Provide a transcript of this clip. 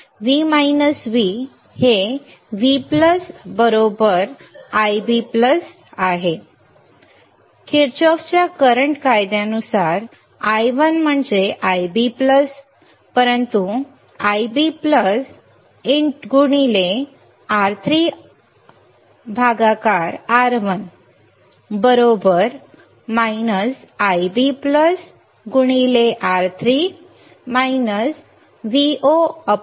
तर V V हे V Ib बरोबर किर्चॉफच्या करंट कायद्यानुसार I1 म्हणजे Ib परंतु Ib R3R1 बरोबर Ib R3 VoR2